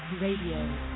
Radio